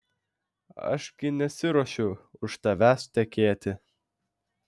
aš gi nesiruošiu už tavęs tekėti